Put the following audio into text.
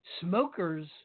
smokers